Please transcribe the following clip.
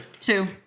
Two